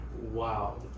Wow